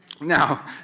Now